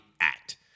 act